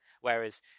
Whereas